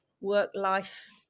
work-life